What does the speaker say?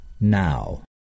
now